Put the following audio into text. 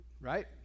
right